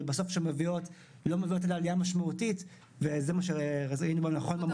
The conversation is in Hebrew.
אבל בסוף לא מביאות עלייה משמעותית וזה מה שראינו לנכון במודל החדש.